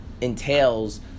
entails